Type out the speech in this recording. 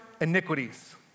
iniquities